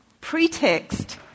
pretext